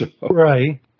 Right